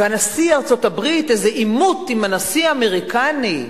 ונשיא ארצות-הברית, איזה עימות עם הנשיא האמריקני.